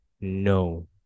no